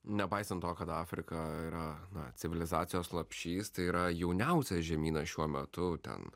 nepaisant to kad afrika yra na civilizacijos lopšys tai yra jauniausias žemynas šiuo metu ten